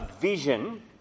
vision